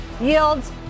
Yields